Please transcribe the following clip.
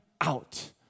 out